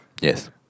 Yes